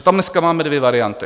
Tam dneska máme dvě varianty.